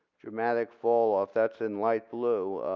dramatic fall off, that's in light blue.